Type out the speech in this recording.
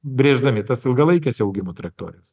brėždami tas ilgalaikes augimo trajektorijas